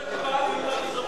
יש הקפאה ביהודה ושומרון,